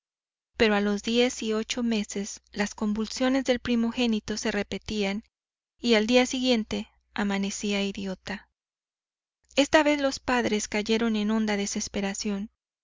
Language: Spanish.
pero a los diez y ocho meses las convulsiones del primogénito se repetían y al día siguiente amanecía idiota esta vez los padres cayeron en honda desesperación